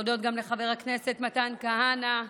ולהודות גם לחבר הכנסת מתן כהנא.